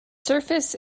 surface